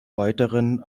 weiteren